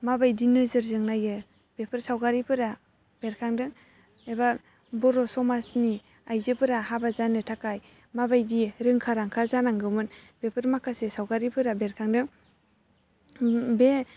माबायदि नोजोरजों नायो बेफोर सावगारिफोरा बेरखांदों एबा बर' समाजनि आइजोफोरा हाबा जानो थाखाय माबायदि रोंखा राखा जानांगौमोन बेफोर माखासे सावगारिफोरा बेरखांदों बे